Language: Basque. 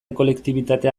kolektibitatea